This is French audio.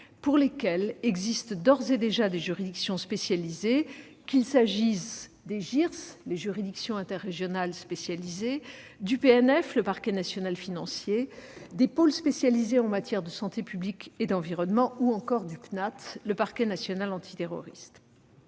pour lesquelles existent d'ores et déjà des juridictions spécialisées, qu'il s'agisse des juridictions interrégionales spécialisées (JIRS), du parquet national financier (PNF), des pôles spécialisés en matière de santé publique et d'environnement, ou encore du parquet national antiterroriste